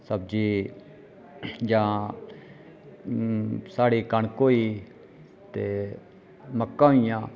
सब्जी जां साढ़ी कनक होई गेई ते मक्का होई गेइयां